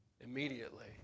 immediately